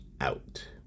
out